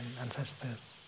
ancestors